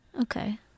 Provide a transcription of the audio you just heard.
Okay